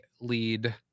lead